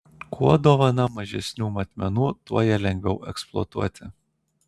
kuo dovana mažesnių matmenų tuo ją lengviau eksploatuoti